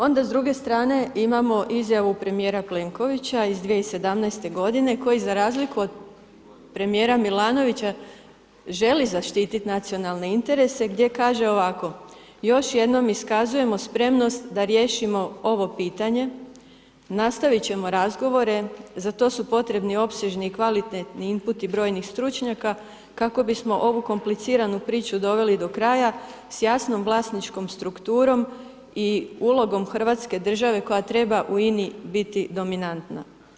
Onda s druge strane imamo izjavu premijera Plenkovića iz 2017. godine koji za razliku od premijera Milanovića želi zaštiti nacionalne interese gdje kaže ovako, još jednom iskazujemo spremnost da riješimo ovo pitanje, nastavit ćemo razgovore za to su potrebni opsežni i kvalitetni inputi brojnih stručnjaka kako bismo ovu kompliciranu priču doveli do kraja s jasnom vlasničkom strukturom i ulogom hrvatske države koja treba u INI biti dominantna.